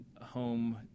home